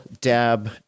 Dab